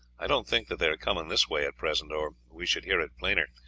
i don't think that they are coming this way at present, or we should hear it plainer.